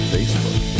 Facebook